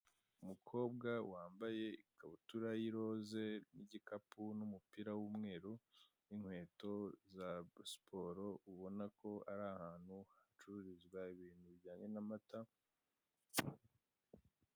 Umukobwa wambaye ikabutura y'iroze n'igikapu n'umupira w'umweru n'inkweto za siporo ubona ko ari ahantu hacururizwa ibintu bijyanye n'amata.